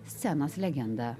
scenos legenda